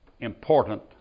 important